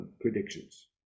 predictions